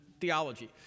theology